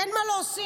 אין מה להוסיף.